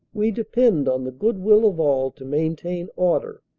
we depend on the goodwill of all to maintain order.